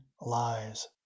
Lies